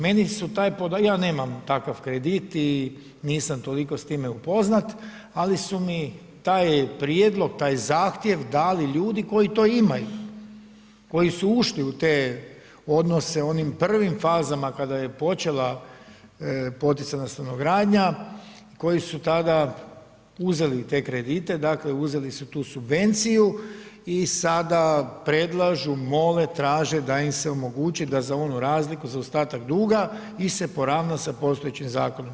Meni su taj podatak, ja nemam takav kredit i nisam toliko s time upoznat, ali su mi taj prijedlog, taj zahtjev dali ljudi koji to imaju, koji su ušli u te odnose u onim prvim fazama kada je počela poticajna stanogradnja i koji su tada uzeli te kredite, dakle uzeli su tu subvenciju i sada predlažu, mole, traže da im se omogući da za onu razliku, za ostatak dug ih se poravna sa postojećim zakonom.